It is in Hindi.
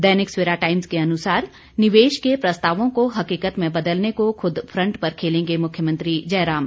दैनिक सवेरा टाइम्स के अनुसार निवेश के प्रस्तावों को हकीकत में बदलने के खुद फंट पर खेलेंगे मुख्यमंत्री जयराम